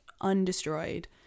undestroyed